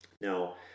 now